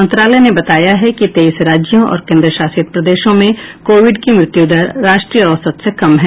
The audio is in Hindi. मंत्रालय ने बताया है कि तेईस राज्यों और केन्द्रशासित प्रदेशों में कोविड की मृत्युदर राष्ट्रीय औसत से कम है